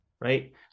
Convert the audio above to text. right